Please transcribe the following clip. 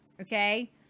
Okay